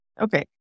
Okay